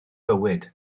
bywyd